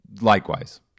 likewise